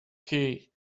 key